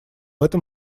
этом